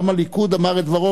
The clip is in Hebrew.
עם הליכוד אמר את דברו,